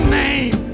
name